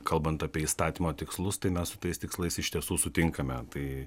kalbant apie įstatymo tikslus tai mes su tais tikslais iš tiesų sutinkame tai